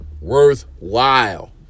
worthwhile